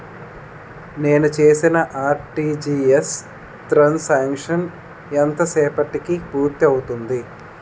నేను చేసిన RTGS transaction ఎంత సేపటికి పూర్తి అవుతుంది?